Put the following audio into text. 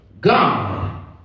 God